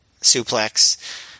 suplex